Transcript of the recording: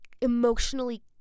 emotionally